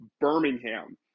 Birmingham